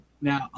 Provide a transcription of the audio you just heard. Now